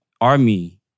Army